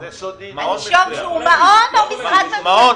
הנישום שהוא מעון או משרד --- מעון